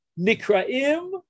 Nikraim